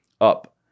up